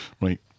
right